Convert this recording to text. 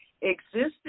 Existing